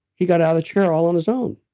he got out of the chair all on his own.